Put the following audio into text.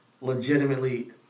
legitimately